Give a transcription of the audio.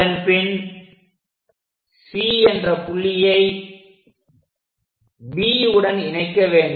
அதன்பின் C என்ற புள்ளியை B உடன் இணைக்க வேண்டும்